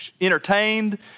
entertained